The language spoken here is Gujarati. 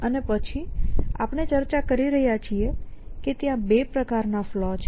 અને પછી આપણે ચર્ચા કરી રહ્યા છીએ કે ત્યાં 2 પ્રકાર ના ફલૉ છે